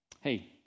hey